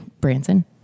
Branson